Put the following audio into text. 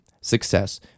success